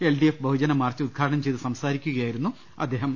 LDF ബഹുജനമാർച്ച് ഉദ്ഘാടനം ചെയ്ത് സംസാ രിക്കുകയായിരുന്നു അദ്ദേഹം